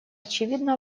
очевидно